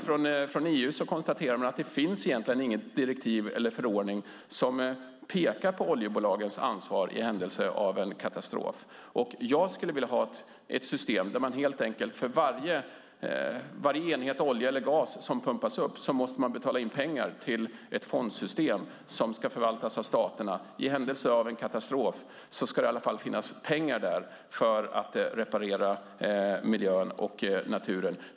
Från EU:s sida konstateras att det egentligen inte finns något direktiv eller någon förordning som pekar på oljebolagens ansvar i händelse av en katastrof. Jag skulle vilja ha ett system där man för varje enhet olja eller gas som pumpas upp helt enkelt måste betala in pengar till en fond som ska förvaltas av staterna. I händelse av en katastrof ska det åtminstone finnas pengar för att reparera miljön, naturen.